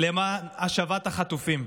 למען השבת החטופים.